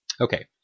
Okay